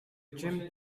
jim